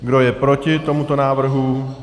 Kdo je proti tomuto návrhu?